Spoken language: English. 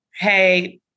Hey